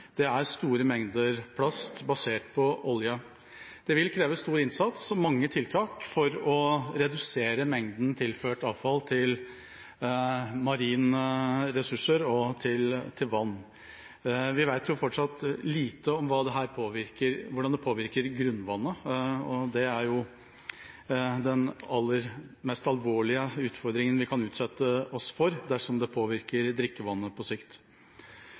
Det er store mengder plast basert på olje. Det vil kreve stor innsats og mange tiltak å redusere mengden tilført avfall til marine ressurser og til vann. Vi vet fortsatt lite om hvordan dette påvirker grunnvannet, og det er den aller mest alvorlige utfordringen vi kan utsette oss for dersom det påvirker drikkevannet på sikt.